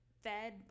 fed